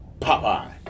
Popeye